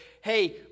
hey